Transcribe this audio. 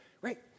Right